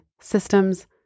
systems